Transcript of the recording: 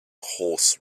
horse